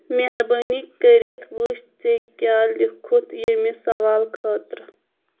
مہربٲنی کٔرِتھ وچھ ژےٚ کیٚاہ لیوکھتھ ییمہِ سوال خٲطرٕ